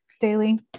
daily